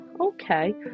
Okay